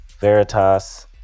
Veritas